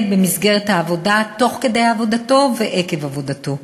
במסגרת העבודה תוך כדי עבודתו ועקב עבודתו.